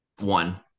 One